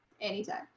anytime